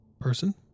person